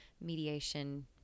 mediation